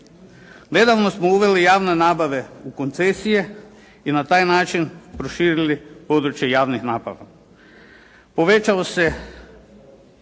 Nedavno smo uveli javne nabave u koncesije i na taj način proširili područje javnih nabava.